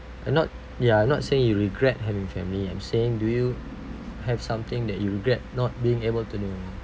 uh not ya not say you regret having family I'm saying do you have something that you regret not being able to do